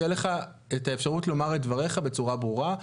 יהיה לך אפשרות לומר את דברייך בצורה ברורה.